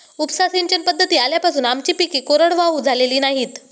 उपसा सिंचन पद्धती आल्यापासून आमची पिके कोरडवाहू झालेली नाहीत